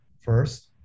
first